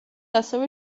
ასევე